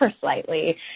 slightly